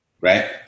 Right